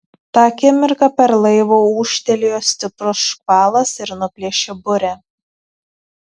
tą akimirką per laivą ūžtelėjo stiprus škvalas ir nuplėšė burę